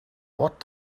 what